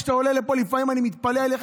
כשאתה עולה לפה לפעמים אני מתפלא עליך,